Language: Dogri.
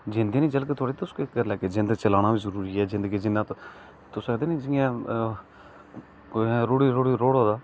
जिंदे च चल थोह्डे तुस केह् करी लैगे जिंद चलाना बी जरुरी ऐ जिंद गी जिन्ना तुस आक्खदे नी जियां रुढ़ी रुढ़ी रोड़ होऐ दा ऐ